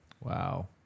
Wow